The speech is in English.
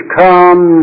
come